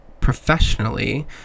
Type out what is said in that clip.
professionally